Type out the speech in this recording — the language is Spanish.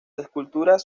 esculturas